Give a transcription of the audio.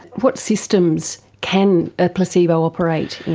what systems can a placebo operate in?